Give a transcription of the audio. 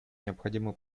необходимо